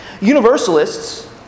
Universalists